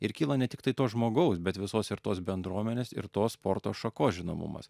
ir kyla ne tiktai to žmogaus bet visos ir tos bendruomenės ir tos sporto šakos žinomumas